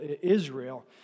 Israel